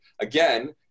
Again